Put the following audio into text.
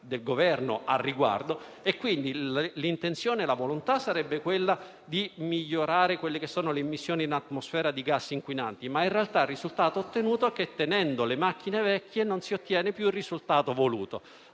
del Governo al riguardo. Pertanto, l'intenzione e la volontà sarebbero quelle di migliorare quelle che sono le emissioni in atmosfera di gas inquinanti, ma in realtà il risultato ottenuto è che tenendo le macchine vecchie, non si ottiene più il risultato voluto.